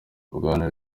bwana